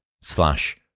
slash